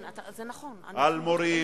על מורים,